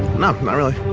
not ah really.